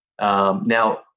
Now